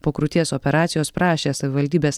po krūties operacijos prašė savivaldybės